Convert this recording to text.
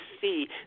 see